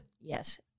Yes